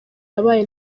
yabaye